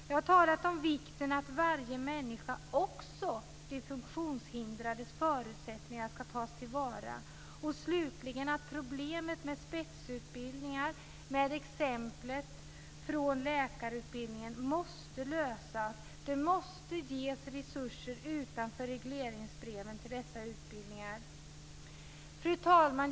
Jag har talat om vikten av att varje människas, också de funktionshindrades, förutsättningar ska tas tillvara och, slutligen, att problemet med spetsutbildningar, med exemplet från läkarutbildningen, måste lösas. Det måste ges resurser utanför regleringsbreven till dessa utbildningar. Fru talman!